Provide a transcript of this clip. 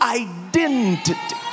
identity